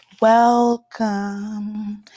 welcome